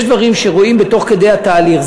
יש דברים שרואים תוך כדי התהליך.